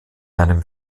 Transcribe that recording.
einem